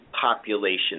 population